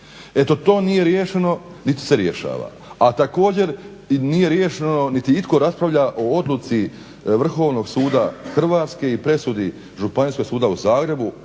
Eto to nije riješeno niti se rješava, a također nije riješeno niti itko raspravlja o odluci Vrhovnog suda Hrvatske i presudi Županijskog suda u Zagrebu